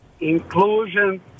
inclusion